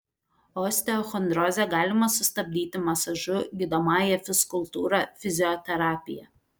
osteochondrozę galima sustabdyti masažu gydomąja fizkultūra fizioterapija